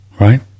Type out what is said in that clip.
Right